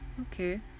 Okay